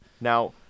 Now